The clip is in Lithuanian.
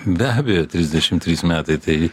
be abejo trisdešim trys metai tai